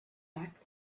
fact